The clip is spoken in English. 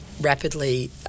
rapidly